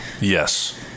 yes